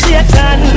Satan